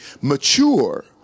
mature